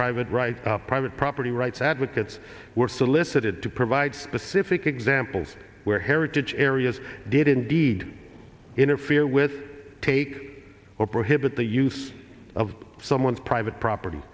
private right private property rights advocates were solicited to provide specific examples where heritage areas did indeed interfere with take or prohibit the use of someone's private property